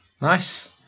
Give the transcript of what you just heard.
nice